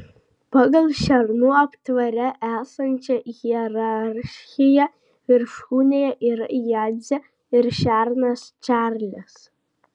pagal šernų aptvare esančią hierarchiją viršūnėje yra jadzė ir šernas čarlis